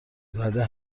زده